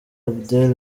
abdel